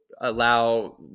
allow